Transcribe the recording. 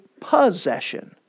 possession